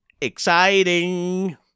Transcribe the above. Exciting